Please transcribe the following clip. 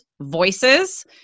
voices